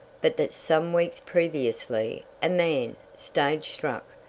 but that some weeks previously, a man, stage-struck,